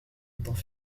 temps